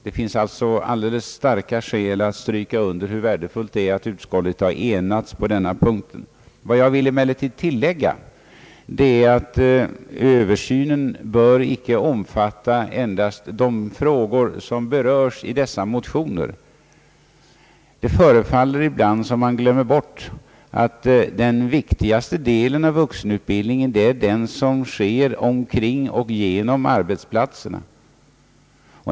Det finns alltså särskilt starka skäl att stryka under hur värdefullt det är att utskottet har enats på denna punkt. Vad jag emellertid vill tillägga är att översynen inte bör omfatta endast de frågor som berörs i föreliggande motioner. Det förefaller ibland som om man glömmer bort att den viktigaste delen av vuxenutbildningen är den som sker omkring och på arbetsplatsen.